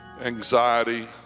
anxiety